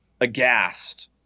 aghast